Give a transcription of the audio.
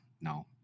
no